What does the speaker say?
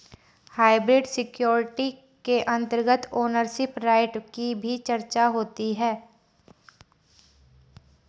hybrid security के अंतर्गत ownership right की भी चर्चा होती है